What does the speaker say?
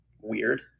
Weird